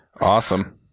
Awesome